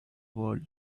world